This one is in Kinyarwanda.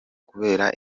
kubera